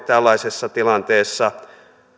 tällaisessa tilanteessa